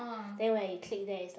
then when you click there is like